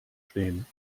stehen